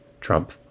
Trump